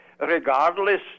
regardless